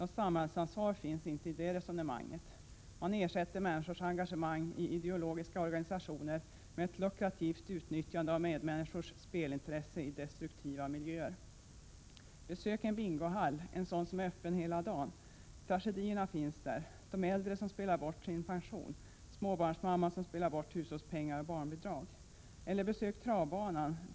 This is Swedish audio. Något samhällsansvar finns inte i det resonemanget. Man ersätter människors engagemang i ideella organisationer med ett lukrativt utnyttjande av medmänniskors spelintresse i destruktiva miljöer. Besök en bingohall, en sådan som är öppen hela dagen. Tragedierna finns där: de äldre som spelar bort sin pension, småbarnsmamman som spelar bort 13 hushållspengar och barnbidrag. Eller besök travbanan.